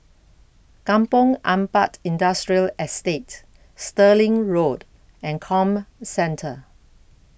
Kampong Ampat Industrial Estate Stirling Road and Comcentre